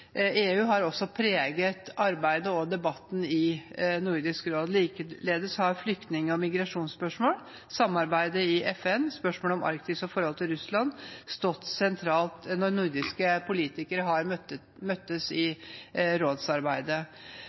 EU har også preget arbeidet og debatten i Nordisk råd. Likeledes har flyktning- og migrasjonsspørsmål, samarbeidet i FN, spørsmål om Arktis og forholdet til Russland stått sentralt når nordiske politikere har møttes i rådsarbeidet.